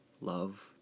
love